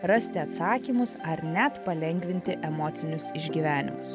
rasti atsakymus ar net palengvinti emocinius išgyvenimus